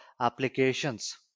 applications